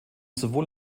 sowohl